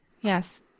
yes